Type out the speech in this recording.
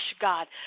God